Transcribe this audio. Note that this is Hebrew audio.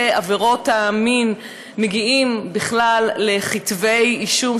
עבירות המין מגיעים בכלל לכתבי אישום,